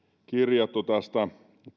kirjattu tästä